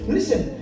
Listen